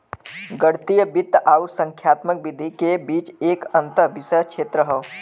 गणितीय वित्त आउर संख्यात्मक विधि के बीच एक अंतःविषय क्षेत्र हौ